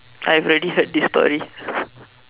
I've already heard this story